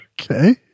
Okay